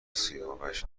سیاوش